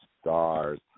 Stars